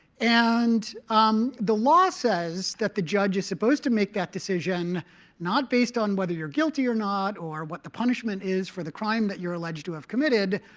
and um the law says that the judge is supposed to make that decision not based on whether you're guilty or not or what the punishment is for the crime that you're alleged to have committed,